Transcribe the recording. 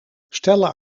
stella